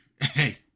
hey